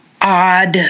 odd